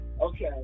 okay